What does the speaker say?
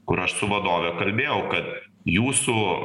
kur aš su vadove kalbėjau kad jūsų